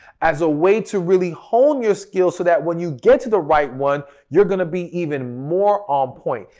as a way to really hone your skills so that when you get to the right one you're going to be even more on point.